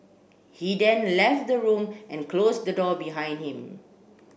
he then left the room and closed the door behind him